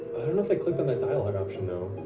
i don't know if i clicked on that dialogue option, though.